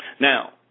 Now